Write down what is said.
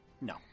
No